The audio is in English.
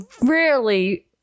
rarely